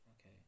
Okay